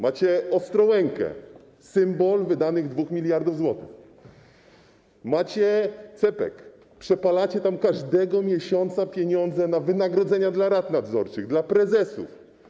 Macie Ostrołękę - symbol wydanych 2 mld zł, macie CPK, gdzie przepalacie każdego miesiąca pieniądze na wynagrodzenia dla rad nadzorczych, dla prezesów.